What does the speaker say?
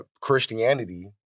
Christianity